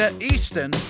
Easton